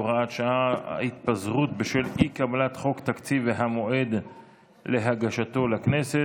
הוראת שעה) (התפזרות בשל אי-קבלת חוק תקציב והמועד להגשתו לכנסת),